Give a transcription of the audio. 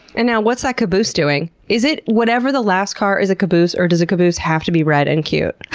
and now what's that caboose doing? is it whatever the last car is a caboose or does a caboose have to be red and cute?